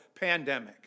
pandemic